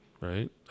Right